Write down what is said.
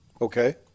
Okay